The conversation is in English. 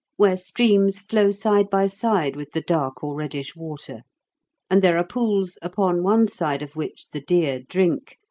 where streams flow side by side with the dark or reddish water and there are pools, upon one side of which the deer drink,